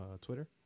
Twitter